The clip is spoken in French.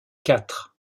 quatre